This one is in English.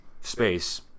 space